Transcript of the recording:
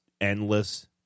endless